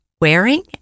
wearing